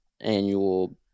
annual